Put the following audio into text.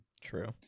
true